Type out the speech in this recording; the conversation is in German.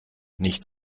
nicht